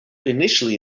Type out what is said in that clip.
initially